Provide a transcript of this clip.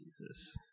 Jesus